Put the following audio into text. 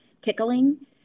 tickling